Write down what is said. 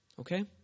Okay